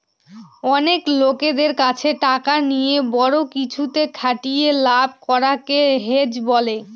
অনেক লোকদের কাছে টাকা নিয়ে বড়ো কিছুতে খাটিয়ে লাভ করাকে হেজ বলে